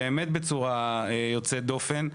באמת בצורה יוצאת דופן.